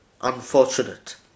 unfortunate